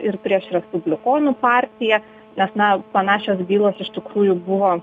ir prieš respublikonų partiją nes na panašios bylos iš tikrųjų buvo